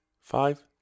five